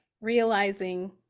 realizing